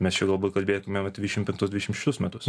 mes čia galbūt kalbėtumėm apie dvidešimt penktus dvidešimt šeštus metus